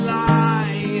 lie